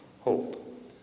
hope